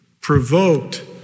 provoked